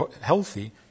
healthy